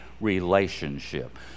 relationship